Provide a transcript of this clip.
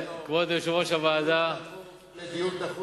לדיון דחוף,